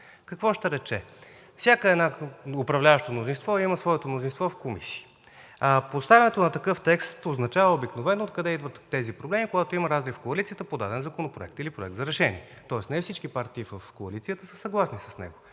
Какво ще рече това? Всяко едно управляващо мнозинство има своето мнозинство в комисиите, а поставянето на такъв текст обикновено означава откъде идват тези проблеми. Когато има разрив в коалицията по даден законопроект или проект за решение, тоест не всички партии в коалицията са съгласни с него,